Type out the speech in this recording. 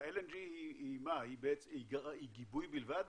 ה-LNG היא גיבוי בלבד?